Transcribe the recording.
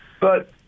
but-